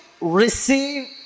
receive